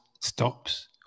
stops